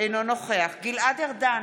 אינו נוכח גלעד ארדן,